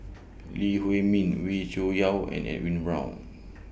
Lee Huei Min Wee Cho Yaw and Edwin Brown